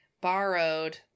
borrowed